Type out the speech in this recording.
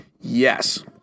Yes